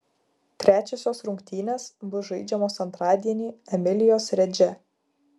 trečiosios rungtynės bus žaidžiamos antradienį emilijos redže